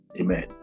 Amen